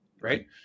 right